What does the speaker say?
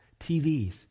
TVs